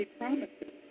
promises